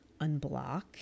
unblock